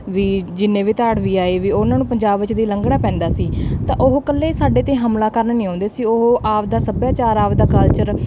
ਵੀ ਜਿੰਨੇ ਵੀ ਧਾੜਵੀ ਆਏ ਵੀ ਉਹਨਾਂ ਨੂੰ ਪੰਜਾਬ ਵਿੱਚ ਦੀ ਲੰਘਣਾ ਪੈਂਦਾ ਸੀ ਤਾਂ ਉਹ ਇਕੱਲੇ ਸਾਡੇ 'ਤੇ ਹਮਲਾ ਕਰਨ ਨਹੀਂ ਆਉਂਦੇ ਸੀ ਉਹ ਆਪਣਾ ਸੱਭਿਆਚਾਰ ਆਪਣਾ ਕਲਚਰ